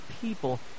people